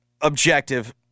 objective